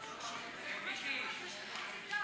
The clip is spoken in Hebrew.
18),